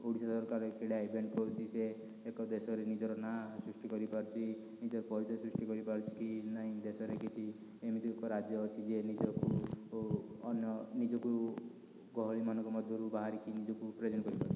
ଓଡ଼ିଶା ସରକାର କ୍ରୀଡ଼ା ଇଭେଣ୍ଟ୍ କରୁଛି ସିଏ ଏକ ଦେଶରେ ନିଜର ନା ସୃଷ୍ଟି କରିପାରୁଛି ନିଜ ପରିଚୟ ସୃଷ୍ଟି କରିପାରୁଛି କି ନାଇଁ ଦେଶରେ କିଛି ଏମିତି ଏକ ରାଜ୍ୟ ଅଛି ଯେ ନିଜକୁ ଅନ୍ୟ ନିଜକୁ ଗହଳିମାନଙ୍କ ମଧ୍ୟରୁ ବାହାରିକି ନିଜକୁ ପ୍ରେଜେଣ୍ଟ କରିପାରୁଛି